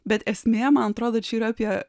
bet esmė man atrodo čia yra apie